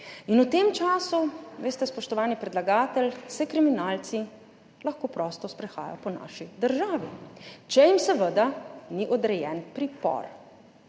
V tem času, veste, spoštovani predlagatelj, se kriminalci lahko prosto sprehajajo po naši državi, če jim seveda ni odrejen pripor.